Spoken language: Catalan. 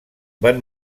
van